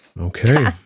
Okay